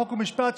חוק ומשפט,